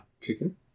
chicken